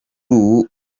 ubu